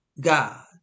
God